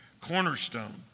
cornerstone